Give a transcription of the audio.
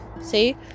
See